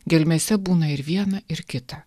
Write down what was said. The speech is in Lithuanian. gelmėse būna ir viena ir kita